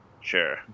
sure